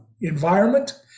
environment